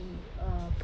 in a